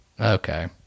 okay